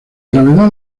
gravedad